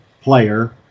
player